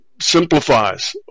simplifies